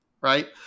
Right